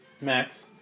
Max